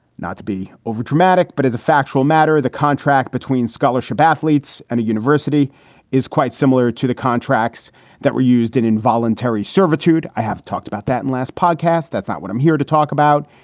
not to be overdramatic, but as a factual matter, the contract between scholarship athletes and a university is quite similar to the contracts that were used in involuntary servitude. i have talked about that in last podcast. that's not what i'm here to talk about.